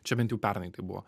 čia bent jau pernai taip buvo